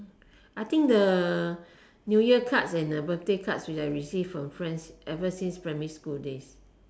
I think the new year cards and the birthday cards which I received from friends ever since primary school days